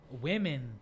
women